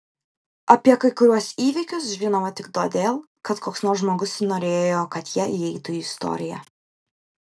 apie kai kuriuos įvykius žinome tik todėl kad koks nors žmogus norėjo kad jie įeitų į istoriją